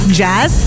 jazz